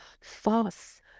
false